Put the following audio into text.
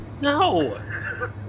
No